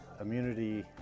Immunity